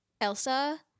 Elsa